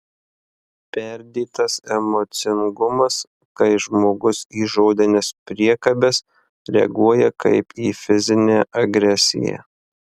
perdėtas emocingumas kai žmogus į žodines priekabes reaguoja kaip į fizinę agresiją